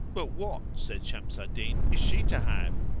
but what, said shams al-din, is she to have?